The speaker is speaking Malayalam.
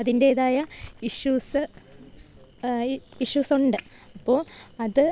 അതിൻ്റേതായ ഇഷ്യൂസ് ഇഷ്യൂസുണ്ട് അപ്പോള് അത്